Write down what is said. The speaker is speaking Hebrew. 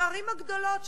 בערים הגדולות,